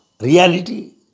reality